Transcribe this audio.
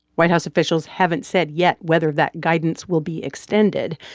white house officials haven't said yet whether that guidance will be extended,